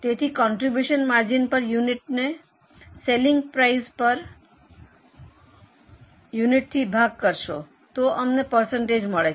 તેથી contribution margin per યુનિટને selling price per યુનિટથી ભાગ કરશો તો અમને પર્સન્ટેજ મળે છે